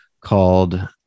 called